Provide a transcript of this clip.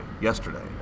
yesterday